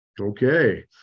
Okay